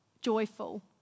joyful